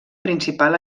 principal